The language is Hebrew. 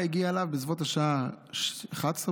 אבא הגיע אליו בסביבות השעה 23:00